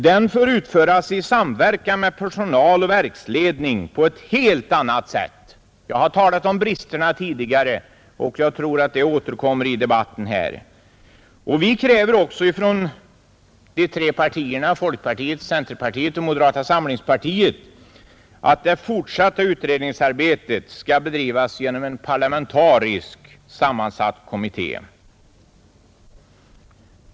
Den bör utföras i samverkan med personal och verksledning på ett helt annat sätt. Jag har talat om bristerna tidigare, och jag tror att den frågan återkommer i debatten här. Vi kräver också från de tre partiernas sida — folkpartiet, centerpartiet och moderata samlingspartiet — att det fortsatta utredningsarbetet skall bedrivas av en parlamentariskt sammansatt kommitté.